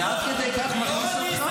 זה עד כדי כך מרגיז אותך?